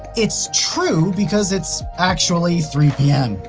it's true because it's actually three pm.